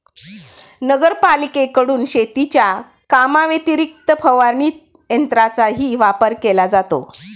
नगरपालिकेकडून शेतीच्या कामाव्यतिरिक्त फवारणी यंत्राचाही वापर केला जातो